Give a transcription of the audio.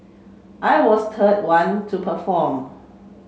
I was third one to perform